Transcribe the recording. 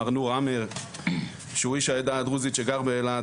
מר נור עמר שהוא איש העדה הדרוזית שגר באילת,